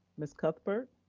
ms. cuthbert.